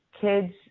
kids